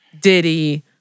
Diddy